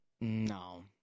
No